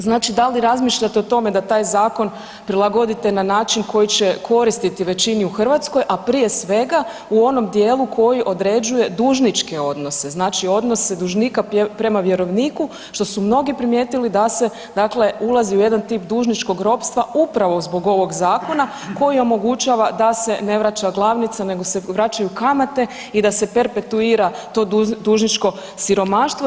Znači, da li razmišljate o tome da taj Zakon prilagodite na način koji će koristiti većini u Hrvatskoj, a prije svega u onom dijelu koji određuje dužničke odnose, znači odnose dužnika prema vjerovniku, što su mnogi primijetili da se dakle, ulazi u jedan tip dužničkog ropstva upravo zbog ovog Zakona, koji omogućava da se ne vraća glavnica nego se vraćaju kamate i da se perpetuira to dužničko siromaštva.